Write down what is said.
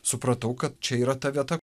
supratau kad čia yra ta vieta